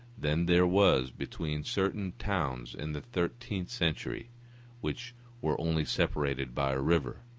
than there was between certain towns in the thirteenth century which were only separated by a river.